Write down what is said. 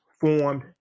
formed